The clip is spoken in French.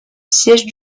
siège